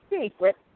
secret